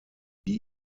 die